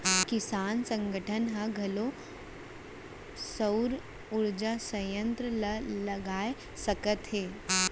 किसान संगठन ह घलोक सउर उरजा संयत्र ल लगवा सकत हे